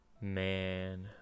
man